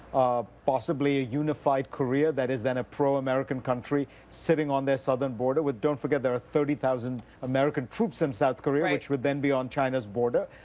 ah, possibly a unified korea, that is then a pro-american country sitting on their southern border where, don't forget, there are thirty thousand american troops in south korea, which would then be on china's border,